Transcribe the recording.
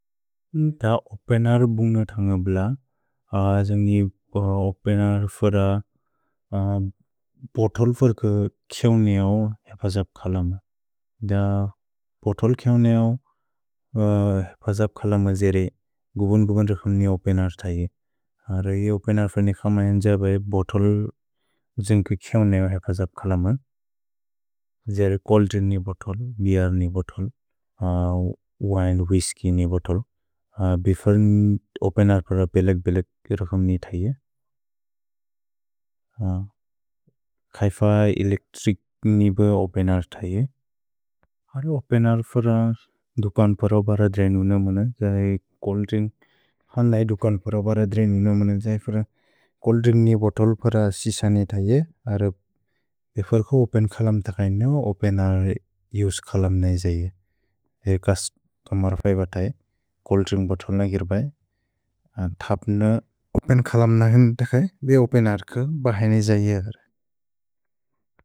द ओपेनर् बुन्ग्न अन्ग ब्ल, अन्गि ओपेनेर् फर बोतोल् फर किऔनिऔ हेफजप् क्सलम। द बोतोल् किऔनिऔ हेफजप् क्सलम एरे गुबुन् गुबुन् रक्सम्नि ओपेनर् अजे। द ओपेनर् फर बोतल् किऔनिऔ हेफजप् क्सलम, एरे चोल्द्रिन्नि बोतोल्, बीर्नि बोतोल्, विने, व्हिस्क्य्नि बोतोल्, बिफर्नि ओपेनर् फर बेलेक् बेलेक् रक्सम्नि अजे। द ओपेनर् फर बोतल् किऔनिऔ हेफजप् क्सलम, एरे चोल्द्रिन्नि बोतोल् बीर्नि बोतोल्, बिफर्नि ओपेनेर् फर बेलेक् बेलेक् रक्सम्नि अजे। अ ओपेन् कलम्न हुन्द् द्द क्से, बे ओपेनर्कु बक्सेनि अजे अगर्।